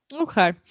Okay